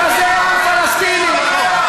מדינה דו-לאומית.